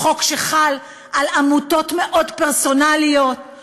חוק שחל על עמותות מאוד פרסונליות,